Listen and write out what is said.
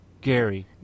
Gary